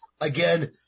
again